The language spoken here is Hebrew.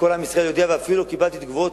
וכל עם ישראל יודע ואפילו קיבלתי תגובות